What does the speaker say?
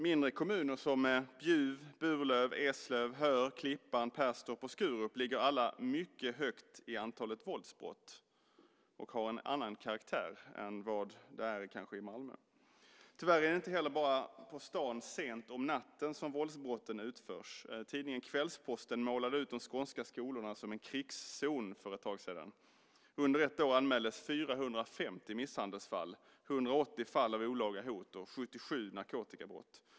Mindre kommuner som Bjuv, Burlöv, Eslöv, Höör, Klippan, Perstorp och Skurup ligger alla mycket högt när det gäller antalet våldsbrott och har en annan karaktär än till exempel Malmö. Tyvärr är det inte heller bara på stan och sent om natten som våldsbrotten utförs. Tidningen Kvällsposten målade för ett tag sedan ut de skånska skolorna som en krigszon. Under ett år anmäldes 450 misshandelsfall, 180 fall av olaga hot och 77 narkotikabrott.